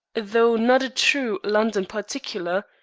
though not a true london particular,